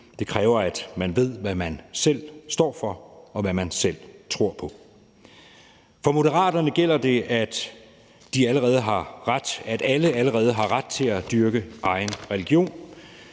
Det kræver, at man ved, hvad man selv står for, og hvad man selv tror på. For Moderaterne gælder det, at alle, som det allerede er, har ret til at dyrke egen religion,